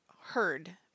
heard